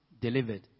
delivered